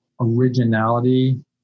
originality